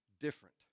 different